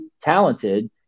talented